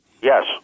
Yes